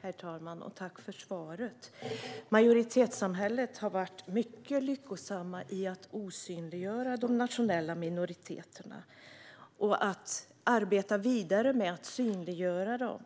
Herr talman! Tack för svaret, kulturministern! Majoritetssamhället har varit mycket lyckosamt i att osynliggöra de nationella minoriteterna, och det är viktigt att arbeta vidare med att synliggöra dem.